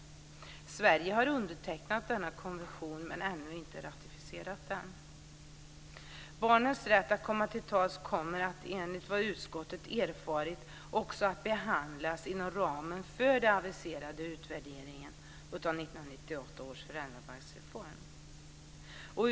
Sverige har undertecknat denna konvention men ännu inte ratificerat den. Barnens rätt att komma till tals kommer enligt vad utskottet erfarit också att behandlas inom ramen för den aviserade utvärderingen av 1998 års föräldrabalksreform.